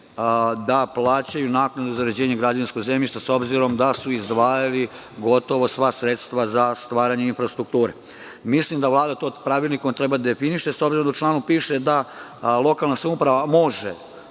da plaćaju naknadu za uređenje građevinskog zemljišta, s obzirom da su izdvajali gotovo sva sredstva za stvaranje infrastrukture. Mislim da Vlada treba da definiše to pravilnikom, s obzirom da u članu piše da lokalna samouprava može